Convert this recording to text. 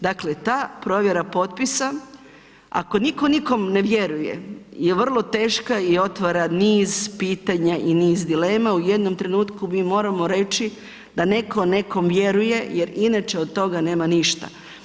Dakle ta provjera potpisa ako nitko nikom ne vjeruje i vrlo teška je i otvara niz pitanja i niz dilema, u jednom trenutku mi moramo reći da netko nekom vjeruje jer inače od toga nema ništa.